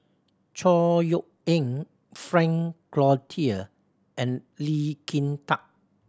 Chor Yeok Eng Frank Cloutier and Lee Kin Tat